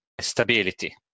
stability